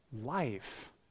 life